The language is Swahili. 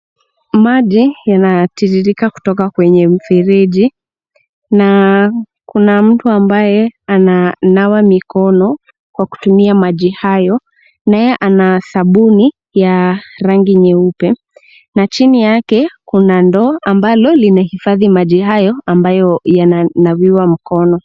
Maji yanayotiririka kutoka kwenye mfereji, na kuna mtu ambaye ananawa mikono kwa kutumia maji hayo, naye ana sabuni ya rangi nyeupe, na chini yake kuna ndoo ambalo limehifadhi maji hayo ambayo yananawiwa mkono.